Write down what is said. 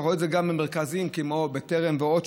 אתה רואה את זה גם במרכזים כמו טרם ועוד,